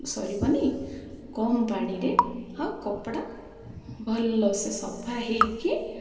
ସରିବନି କମ୍ ପାଣିରେ ଆଉ କପଡ଼ା ଭଲସେ ସଫା ହୋଇକି